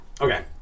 okay